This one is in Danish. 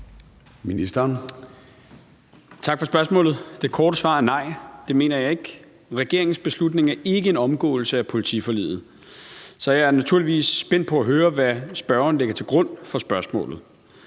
Tak for spørgsmålet. Det korte svar er: Nej, det mener jeg ikke. Regeringens beslutning er ikke en omgåelse af politiforliget, så jeg er naturligvis spændt på at høre, hvad spørgeren lægger til grund for spørgsmålet.